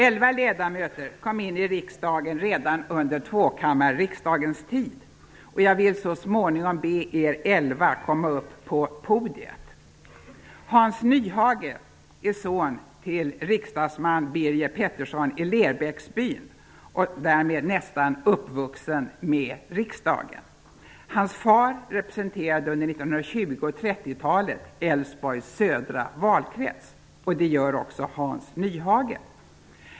Elva ledamöter kom in i riksdagen redan under tvåkammarriksdagens tid, och jag vill så småningom be er elva komma upp på podiet. och 1930-talet Älvsborgs södra valkrets. Det gör också Hans Nyhage.